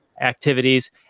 activities